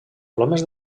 plomes